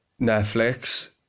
Netflix